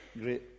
great